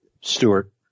Stewart